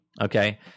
Okay